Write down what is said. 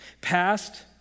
past